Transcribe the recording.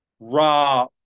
raw